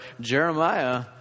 Jeremiah